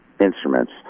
instruments